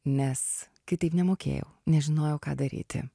nes kitaip nemokėjau nežinojau ką daryti